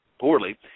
poorly